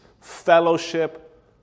fellowship